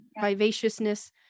vivaciousness